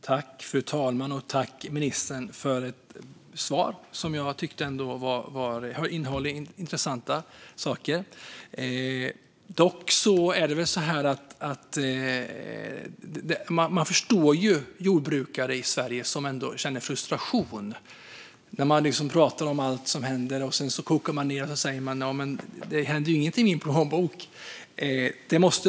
Fru talman! Jag tackar för svaret, ministern, som innehöll intressanta saker. Jag förstår jordbrukare i Sverige som känner frustration. Det pratas om allt som händer, men det händer inget i deras plånböcker.